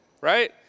right